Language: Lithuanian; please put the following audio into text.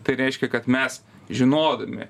tai reiškia kad mes žinodami